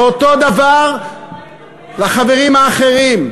ואותו דבר לחברים האחרים.